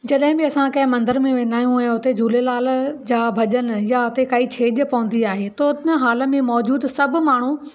जॾहिं बि असां कंहिं मंदर में वेंदा आहियूं हुते झूलेलाल जा भॼन या उते काई छेॼ पवंदी आहे त हाल में मोज़ूदु सभु माण्हू